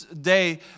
day